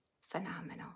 phenomenal